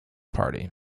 party